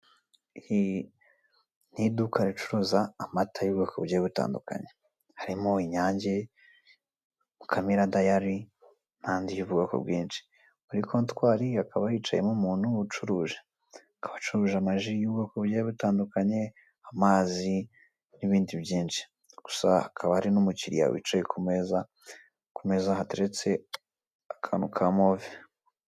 Iduka ricuruza amata y'ubwoko buryo butandukanye: harimo inyange, mukamira nandi y'ubwoko bwinshi. Muri contwari hakaba yicayemo umuntu ucuruje akaba acuruje amaji y'ubwoko bugiye butandukanye, amazi n'ibindi byinshi. Gusa akaba ari n'umukiriya wicaye ku meza Hateretse akantu ka movi.